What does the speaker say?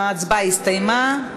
ההצבעה הסתיימה.